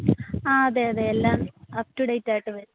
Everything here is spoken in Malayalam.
ആ അതെ അതെ എല്ലാം അപ്പ് ടു ഡേറ്റ് ആയിട്ട് വരും